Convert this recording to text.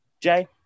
jay